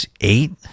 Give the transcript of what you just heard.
eight